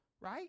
right